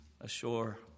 ashore